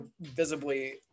visibly